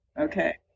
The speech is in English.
okay